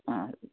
अँ